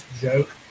joke